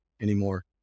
anymore